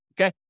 okay